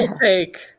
take